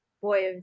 boy